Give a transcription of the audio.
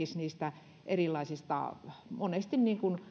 ja esimerkiksi niistä erilaisista monesti